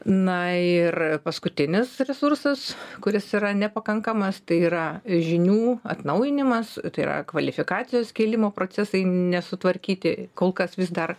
na ir paskutinis resursas kuris yra nepakankamas tai yra žinių atnaujinimas tai yra kvalifikacijos kėlimo procesai nesutvarkyti kol kas vis dar